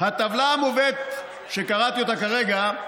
שהטבלה המובאת, שקראתי אותה כרגע,